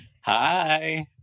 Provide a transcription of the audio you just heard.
Hi